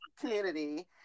community